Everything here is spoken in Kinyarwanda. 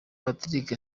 patrick